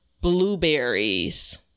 blueberries